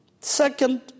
second